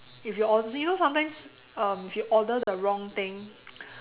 if you order you know sometimes um if you order the wrong thing